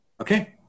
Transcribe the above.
Okay